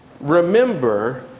remember